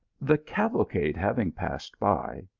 the cavalcade having passed by,